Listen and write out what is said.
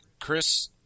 chris